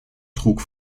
trug